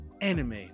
Anime